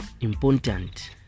important